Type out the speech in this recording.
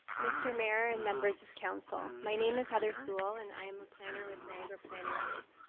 mr. mayor and members of council, my name is heather sewell and i am a planner with niagara planning group,